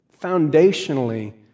Foundationally